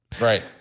Right